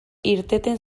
irteten